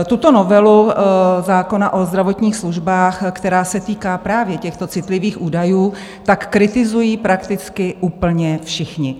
Tuto novelu zákona o zdravotních službách, která se týká právě těchto citlivých údajů, kritizují prakticky úplně všichni.